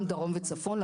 גם דרום וצפון,